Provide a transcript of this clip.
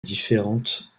différentes